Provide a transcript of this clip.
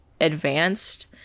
advanced